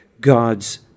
God's